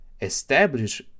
Establish